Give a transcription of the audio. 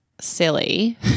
silly